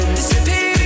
disappear